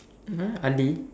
!huh! Ali